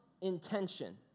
intention